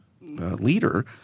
leader